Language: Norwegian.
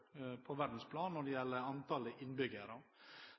på det. Når det gjelder